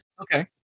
Okay